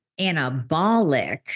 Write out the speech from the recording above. anabolic